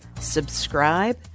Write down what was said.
subscribe